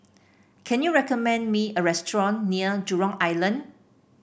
can you recommend me a restaurant near Jurong Island